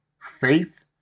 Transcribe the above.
faith